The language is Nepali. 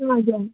हजुर